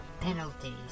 penalties